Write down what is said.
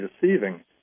deceiving